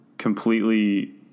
completely